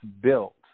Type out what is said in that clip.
built